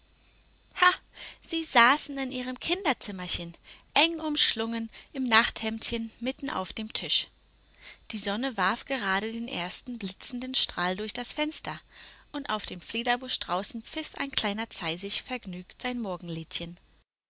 sie saßen in ihrem kinderzimmerchen eng umschlungen im nachthemdchen mitten auf dem tisch die sonne warf gerade den ersten blitzenden strahl durch das fenster und auf dem fliederbusch draußen pfiff ein kleiner zeisig vergnügt sein morgenliedchen